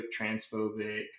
transphobic